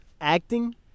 acting